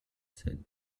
said